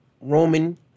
Roman